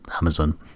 Amazon